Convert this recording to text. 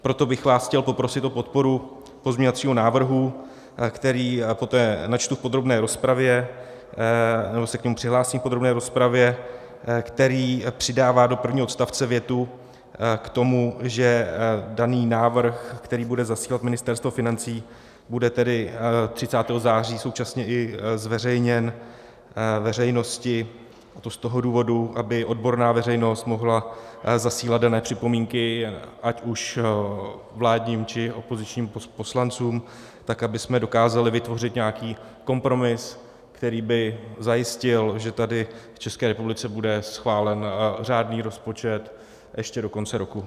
Proto bych vás chtěl poprosit o podporu pozměňovacího návrhu, který poté načtu v podrobné rozpravě, nebo se k němu přihlásím v podrobné rozpravě, který přidává do prvního odstavce větu k tomu, že daný návrh, který bude zasílat Ministerstvo financí, bude tedy 30. září současně i zveřejněn veřejnosti, a to z toho důvodu, aby odborná veřejnost mohla zasílat dané připomínky ať už vládním, či opozičním poslancům, abychom dokázali vytvořit nějaký kompromis, který by zajistil, že tady v České republice bude schválen řádný rozpočet ještě do konce roku.